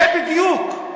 זה בדיוק.